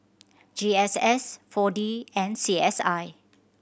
G S S Four D and C S I